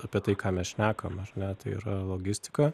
apie tai ką mes šnekam ar ne tai yra logistika